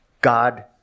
God